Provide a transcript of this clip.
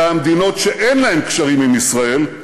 אלא המדינות שאין להן קשרים עם ישראל,